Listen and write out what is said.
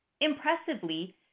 Impressively